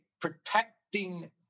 protecting